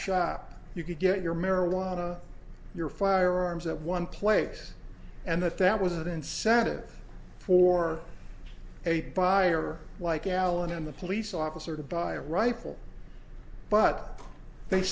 shop you could get your marijuana your firearms at one place and that that was an incentive for a buyer like alan and the police officer to buy a rifle but they